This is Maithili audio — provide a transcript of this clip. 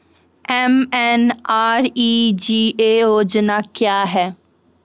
एम.एन.आर.ई.जी.ए योजना क्या हैं?